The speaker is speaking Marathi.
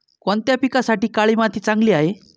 कोणत्या पिकासाठी काळी माती चांगली आहे?